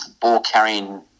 ball-carrying